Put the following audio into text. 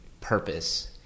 purpose